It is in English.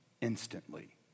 instantly